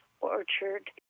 orchard